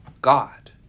God